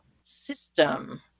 system